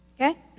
okay